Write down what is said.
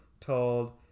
told